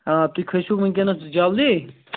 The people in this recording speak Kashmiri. آ تُہۍ کھٔسِو وُنکٮ۪نَس جلدی